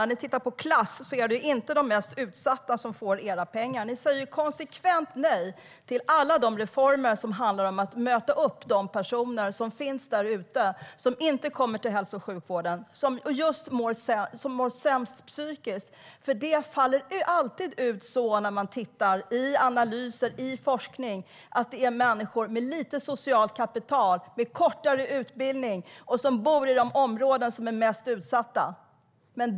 När ni tittar på klass är det inte de mest utsatta som får era pengar. Ni säger konsekvent nej till alla de reformer som handlar om att möta upp de personer som finns där ute och som inte kommer till hälso och sjukvården. Det är de som mår sämst psykiskt. När man tittar i analyser och forskning visar det sig alltid att det är människor med litet socialt kapital och kortare utbildning, och de bor i de områden som är mest utsatta.